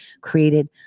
created